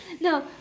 No